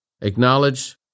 Acknowledge